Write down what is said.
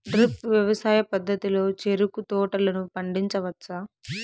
drip వ్యవసాయ పద్ధతిలో చెరుకు తోటలను పండించవచ్చా